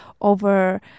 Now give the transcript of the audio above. over